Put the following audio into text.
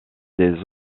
des